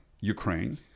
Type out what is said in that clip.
Ukraine